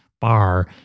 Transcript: bar